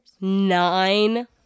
Nine